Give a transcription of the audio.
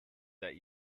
that